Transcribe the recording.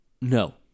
no